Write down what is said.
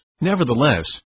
Nevertheless